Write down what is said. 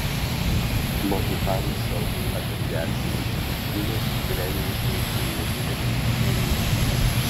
mohikanų šou apie krepšininkų muštynes trenerius iš juros periodo